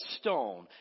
stone